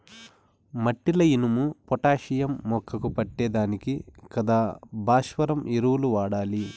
మట్టిల ఇనుము, పొటాషియం మొక్కకు పట్టే దానికి కదా భాస్వరం ఎరువులు వాడాలి